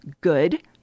good